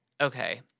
Okay